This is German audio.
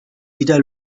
wieder